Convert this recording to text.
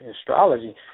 astrology